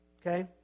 Okay